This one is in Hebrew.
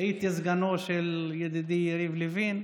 הייתי סגנו של ידידי יריב לוין.